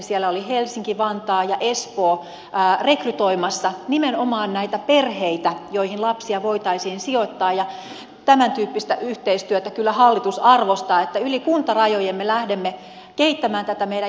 siellä olivat helsinki vantaa ja espoo rekrytoimassa nimenomaan perheitä joihin lapsia voitaisiin sijoittaa ja tämäntyyppistä yhteistyötä kyllä hallitus arvostaa että yli kuntarajojen me lähdemme kehittämään meidän järjestelmäämme